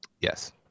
Yes